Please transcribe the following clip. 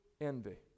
envy